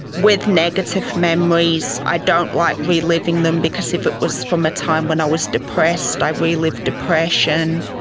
with negative memories i don't like re-living them because if it was from a time when i was depressed i re-live depression.